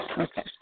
Okay